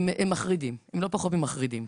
הם לא פחות ממחרידים.